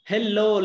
Hello